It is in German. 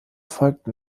folgten